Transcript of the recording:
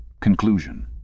Conclusion